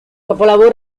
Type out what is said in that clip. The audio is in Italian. capolavoro